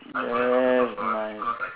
yes my